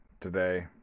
today